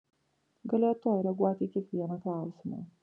galėjo tuoj reaguoti į kiekvieną klausimą